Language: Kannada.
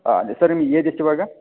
ಹಾಂ ಅದೇ ಸರ್ ನಿಮ್ಮ ಏಜ್ ಎಷ್ಟು ಇವಾಗ